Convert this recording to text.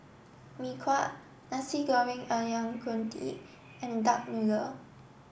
Mee Kuah Nasi Goreng Ayam Kunyit and duck noodle